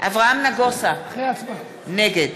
אברהם נגוסה, נגד